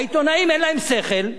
העיתונאים, אין להם שכל,